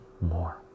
more